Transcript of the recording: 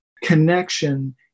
connection